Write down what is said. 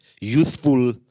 youthful